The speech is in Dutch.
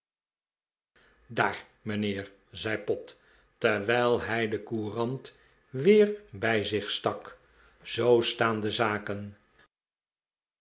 daar mijnheer zei pott terwijl hij de courant weer bij zich stak zoo staan de zaken